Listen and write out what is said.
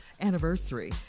anniversary